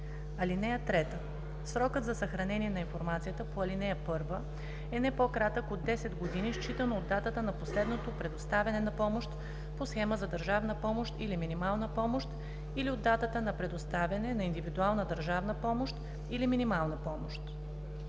език. (3) Срокът за съхранение на информацията по ал. 1 е не по кратък от 10 години, считано от датата на последното предоставяне на помощ по схема за държавна помощ или минимална помощ, или от датата на предоставяне на индивидуална държавна помощ или минимална помощ.